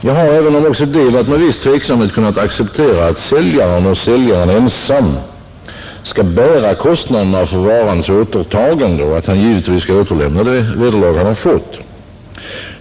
Jag har, även om också det varit med viss tveksamhet, kunnat acceptera att säljaren — och säljaren ensam — skall bära kostnaderna för varans återtagande och att han givetvis skall återlämna det vederlag han fått.